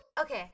okay